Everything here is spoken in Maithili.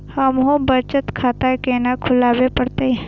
हमू बचत खाता केना खुलाबे परतें?